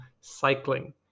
cycling